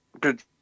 Good